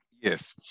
Yes